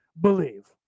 believe